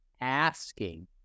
asking